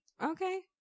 okay